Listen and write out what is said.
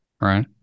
right